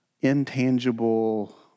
intangible